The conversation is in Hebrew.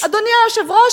אדוני היושב-ראש,